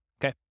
Okay